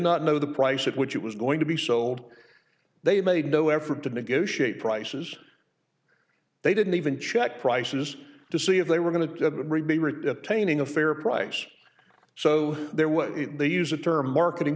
not know the price at which it was going to be sold they made no effort to negotiate prices they didn't even check prices to see if they were going to be retaining a fair price so there way they use the term marketing